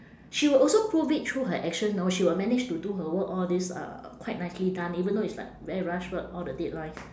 she will also prove it through her action know she will manage to do her work all these uh quite nicely done even though it's like very rush work all the deadlines